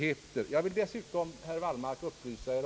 Vi ger ju alltid våra utredningar sådana möjligheter.